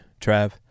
Trav